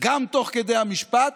גם תוך כדי המשפט.